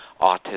autism